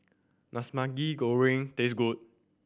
does Maggi Goreng taste good